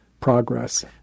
progress